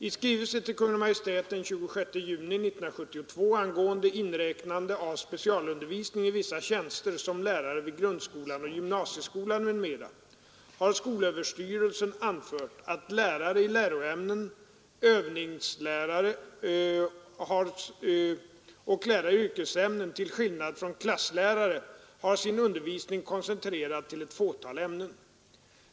I skrivelse till Kungl. Maj:t den 26 juni 1972 angående inräknande av specialundervisning i vissa tjänster som lärare vid grundskolan och gymnasieskolan m.m. har skolöverstyrelsen anfört att lärare i läroämnen, övningslärare och lärare i yrkesämnen till skillnad från klasslärare har sin undervisning koncentrerad till ett fåtal ämnen.